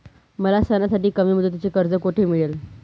मला सणासाठी कमी मुदतीचे कर्ज कोठे मिळेल?